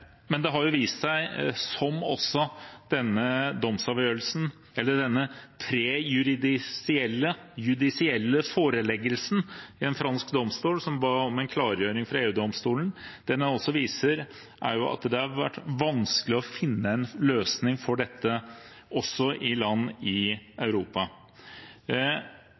Men det har jo vist seg, som også denne domsavgjørelsen, eller denne prejudisielle foreleggelsen, i en fransk domstol som ba om en klargjøring fra EU-domstolen, viser, at det har vært vanskelig å finne en løsning på dette også i land i Europa.